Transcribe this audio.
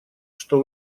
что